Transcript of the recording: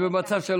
בבקשה,